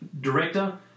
Director